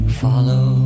follow